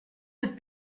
cette